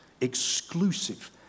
exclusive